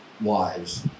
wives